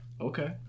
Okay